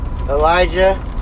Elijah